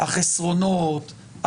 החסרונות,